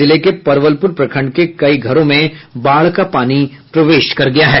जिले के परवलपुर प्रखंड के कई घरों में बाढ़ का पानी प्रवेश कर गया है